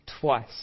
twice